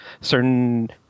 certain